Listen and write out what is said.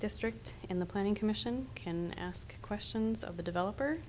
district in the planning commission can ask questions of the developer